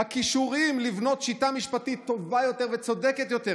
"הכישורים לבנות שיטה משפטית טובה יותר וצודקת יותר".